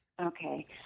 Okay